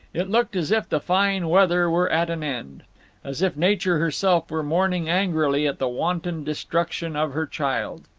it looked as if the fine weather were at an end as if nature herself were mourning angrily at the wanton destruction of her child.